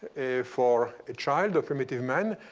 for a child, a primitive man,